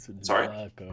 Sorry